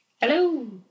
Hello